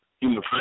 human